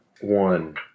One